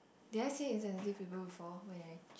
did I say insensitive people before when I